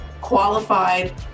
qualified